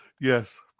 Yes